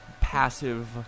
passive